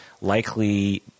likely